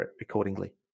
accordingly